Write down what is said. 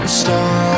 start